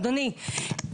אדוני,